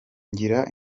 ngira